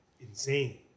insane